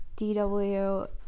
DW